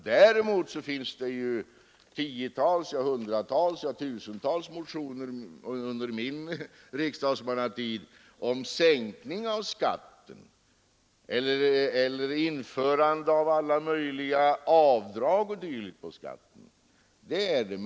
Däremot finns det, bara under min riksdagsmannatid, tiotals, hundratals, ja tusentals motioner om sänkning av skatten eller om införande av alla möjliga avdrag på skatten.